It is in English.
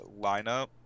lineup